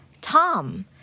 Tom